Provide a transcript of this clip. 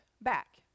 back